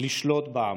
לשלוט בעם.